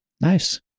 Nice